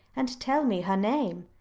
and tell me her name.